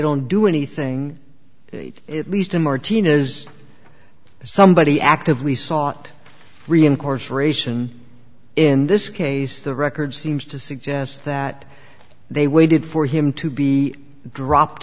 don't do anything at least a martini is somebody actively sought reincorporation in this case the record seems to suggest that they waited for him to be dropped